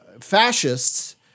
fascists